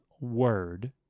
word